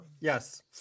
yes